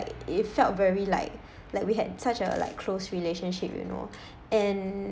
it felt very like like we had such a like close relationship you know and